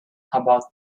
about